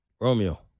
Romeo